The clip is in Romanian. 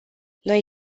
noi